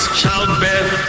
childbirth